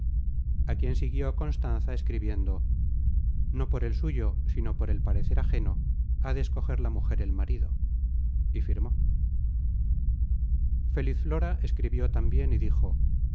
a quien siguió constanza escribiendo no por el suyo sino por el parecer ajeno ha de escoger la mujer el marido y firmó feliz flora escribió tambien y dijo